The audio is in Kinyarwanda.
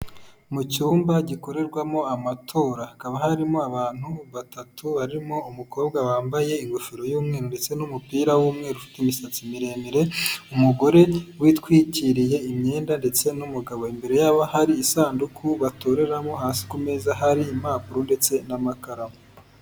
Mu cyumba gikorerwamo amatora. Hakaba harimo abantu batatu barimo umukobwa wambaye ingofero y'umweru, ndetse n'umupira w'umweru, ufite imisatsi miremire, umugore witwikiriye imyenda ndetse n'umugabo. Imbere yabo hari isanduku batoreramo. Hasi ku meza hari impapuro ndetse n'amakaramu.